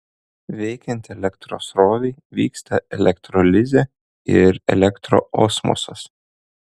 veikiant elektros srovei vyksta elektrolizė ir elektroosmosas